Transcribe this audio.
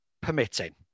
permitting